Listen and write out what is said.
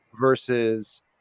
Versus